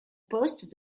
poste